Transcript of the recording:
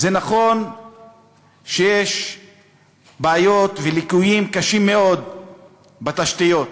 זה נכון שיש בעיות וליקויים קשים מאוד בתשתיות,